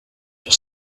your